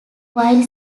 while